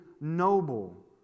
noble